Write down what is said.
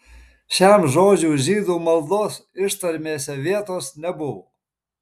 šiam žodžiui žydų maldos ištarmėse vietos nebuvo